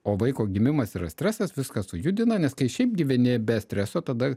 o vaiko gimimas yra stresas viską sujudina nes kai šiaip gyveni be streso tada